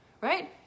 right